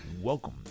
Welcome